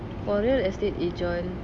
for real estate agents